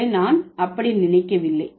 இல்லை நான் அப்படி நினைக்கவில்லை